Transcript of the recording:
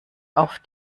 auf